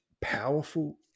powerful